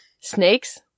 Snakes